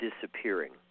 disappearing